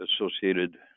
associated